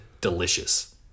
delicious